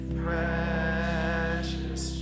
precious